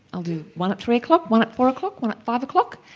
i'll do one at three o'clock, one at four o'clock, one at five o'clock,